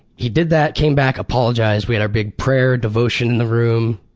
he did that, came back, apologized. we had our big prayer, devotion in the room,